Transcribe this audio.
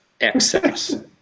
excess